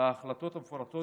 וההחלטות המפורטות